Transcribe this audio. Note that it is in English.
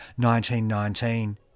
1919